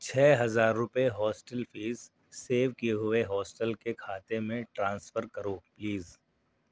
چھ ہزار روپے ہاسٹل فیس سیو کیے ہوئے ہاسٹل کے کھاتے میں ٹرانسفر کرو پلیز